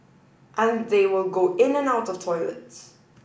and they will go in and out of toilets